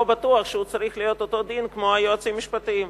לא בטוח שהוא צריך להיות כדין היועצים המשפטיים.